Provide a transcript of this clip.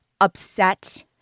upset